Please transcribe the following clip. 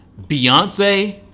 Beyonce